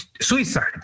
suicide